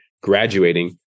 graduating